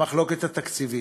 המחלוקת התקציבית.